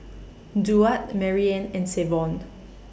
Duard Maryann and Savon